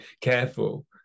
careful